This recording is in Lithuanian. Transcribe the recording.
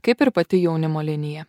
kaip ir pati jaunimo linija